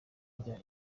rya